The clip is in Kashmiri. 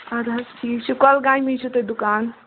اَدٕ حظ ٹھیٖک چھُ کۄلگامی چھُ تۄہہِ دُکان